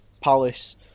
Palace